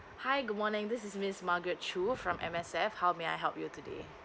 hi good morning this is miss margaret Chua from M_S_F how may I help you today